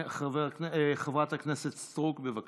חברת הכנסת סטרוק, בבקשה.